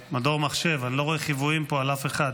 מדור מחשב, אני לא רואה חיוויים פה על אף אחד.